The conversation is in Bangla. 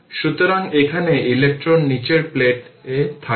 সুতরাং এখানে ইলেকট্রন নীচের প্লেটে থাকবে